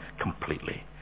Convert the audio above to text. completely